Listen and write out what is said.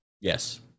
Yes